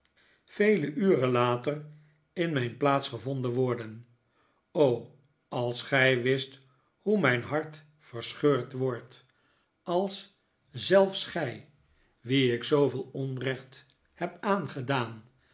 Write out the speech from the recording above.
vele uren later in mijn plaats gevonden worden o als gij wist hoe mijn hart verscheurd wordt als zelfs gij wien ik zooveel onrecht heb aangedaan